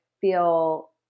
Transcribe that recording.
feel